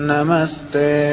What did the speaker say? Namaste